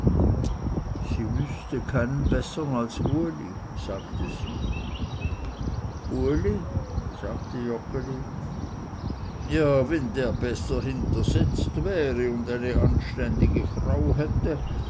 sie wüßte keinen bessern als uli sagte sie uli sagte joggeli ja wenn der besser hintersetzt wäre und eine anständige frau hätte